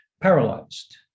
paralyzed